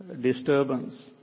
disturbance